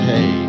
Hey